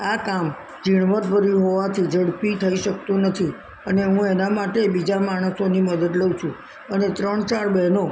આ કામ ઝીણવટભર્યું હોવાથી ઝડપી થઈ શકતું નથી અને હું એના માટે બીજા માણસોની મદદ લઉં છું અને ત્રણ ચાર બહેનો